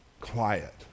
quiet